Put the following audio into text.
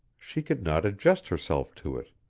she could not adjust herself to it.